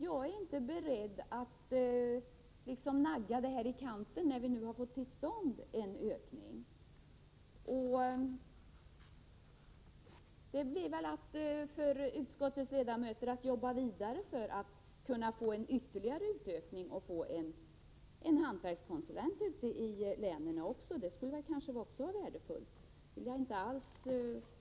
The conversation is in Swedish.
Jag är inte beredd att liksom nagga detta anslag i kanten, när vi nu har fått till stånd en ökning. Utskottets ledamöter har väl att arbeta vidare för att få till stånd en ytterligare utökning genom att också tjänster som hantverkskonsulent inrättas ute i länen. Jag vill inte alls protestera mot att också detta skulle vara värdefullt.